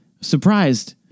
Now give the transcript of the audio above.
surprised